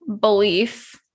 belief